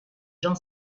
jean